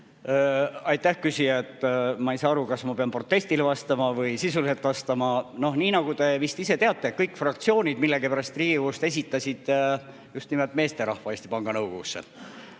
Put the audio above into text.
Aitäh, küsija! Ma ei saa aru, kas ma pean protestile vastama või sisuliselt vastama. Nii nagu te vist ise teate, kõik fraktsioonid millegipärast Riigikogust esitasid just nimelt meesterahva Eesti Panga Nõukogusse.